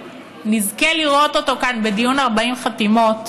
נזכה לראות אותו כאן בדיון 40 חתימות,